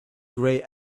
grey